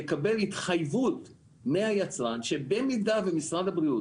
יקבל התחייבות מהיצרן שבמידה ומשרד הבריאות